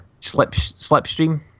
Slipstream